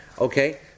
okay